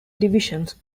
divisions